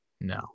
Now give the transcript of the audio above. No